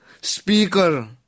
speaker